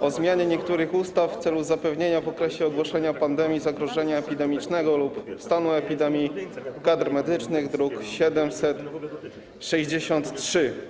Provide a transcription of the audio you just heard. o zmianie niektórych ustaw w celu zapewnienia w okresie ogłoszenia stanu zagrożenia epidemicznego lub stanu epidemii kadr medycznych (druk nr 763)